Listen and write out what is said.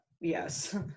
yes